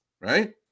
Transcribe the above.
right